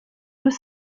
deux